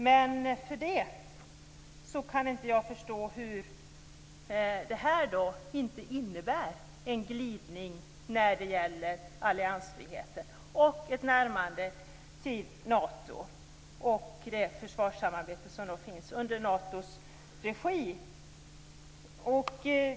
Men jag kan inte förstå att detta inte innebär en glidning när det gäller alliansfriheten och ett närmande till Nato och det försvarssamarbete som finns i Natos regi.